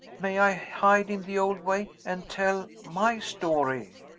may i hide in the old way and tell my story?